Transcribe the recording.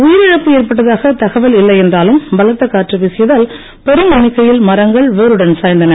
உயிர் இழப்பு ஏற்பட்டதாக தகவல் இல்லையென்றாலும் பலத்த காற்று வீசியதால் பெரும் எண்ணிக்கையில் மரங்கள் வேருடன் சாய்ந்தன